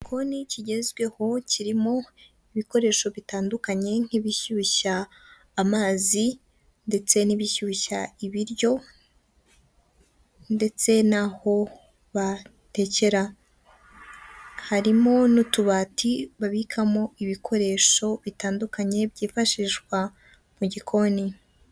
Igioni kigezweho kirimo ibikoresho bitandukanye nk'ibishyushya amazi ndetse n'ibishyushya ibiryo ndetse n'aho batekera harimo n'utubati babikamo ibikoresho bitandukanye byifashishwa mu gikoni.